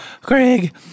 Craig